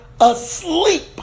asleep